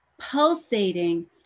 pulsating